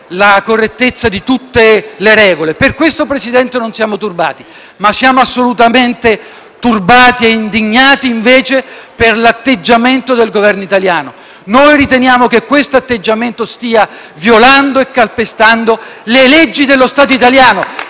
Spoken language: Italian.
il rispetto di tutte le regole. Per questo, Presidente, non siamo turbati, ma siamo assolutamente indignati invece per l'atteggiamento del Governo italiano. Riteniamo che questo atteggiamento stia violando e calpestando le leggi dello Stato italiano